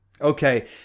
Okay